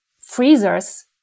freezers